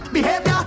Behavior